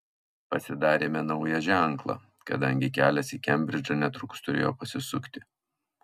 pasidarėme naują ženklą kadangi kelias į kembridžą netrukus turėjo pasisukti